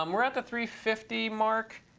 um we're at the three fifty mark.